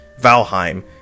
valheim